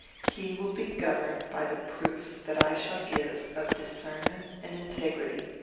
he will be governed by the proofs that i shall give of discernment and integrity.